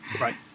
Right